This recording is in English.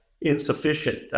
insufficient